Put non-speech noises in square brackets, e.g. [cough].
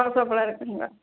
[unintelligible] இருக்குதுங்க